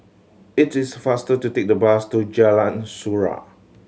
it is faster to take the bus to Jalan Surau